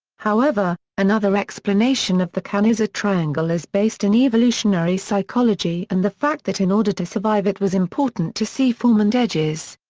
however, another explanation of the kanizsa triangle is based in evolutionary psychology and the fact that in order to survive it was important to see form and edges.